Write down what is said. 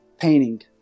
painting